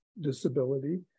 disability